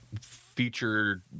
featured